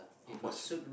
how much